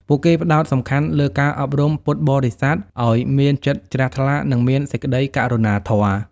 ពួកគេផ្តោតសំខាន់លើការអប់រំពុទ្ធបរិស័ទឱ្យមានចិត្តជ្រះថ្លា និងមានសេចក្តីករុណាធម៌។